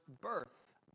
birth